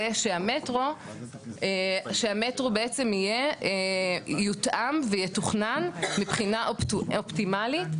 זה שהמטרו בעצם יהיה יותאם ויתוכנן מבחינה אופטימלית.